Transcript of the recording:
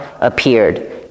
appeared